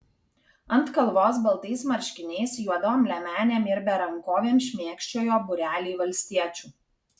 ant kalvos baltais marškiniais juodom liemenėm ir berankovėm šmėkščiojo būreliai valstiečių